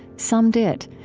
some did.